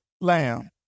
lamb